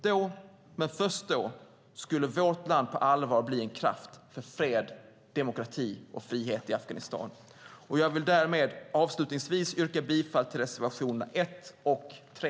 Då, men först då, skulle vårt land på allvar bli en kraft för fred, demokrati och frihet i Afghanistan. Jag yrkar bifall till reservationerna 1 och 3.